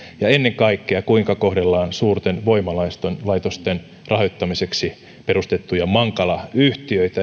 ja ennen kaikkea kuinka kohdellaan suurten voimalaitosten rahoittamiseksi perustettuja mankala yhtiöitä